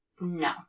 no